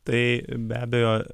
tai be abejo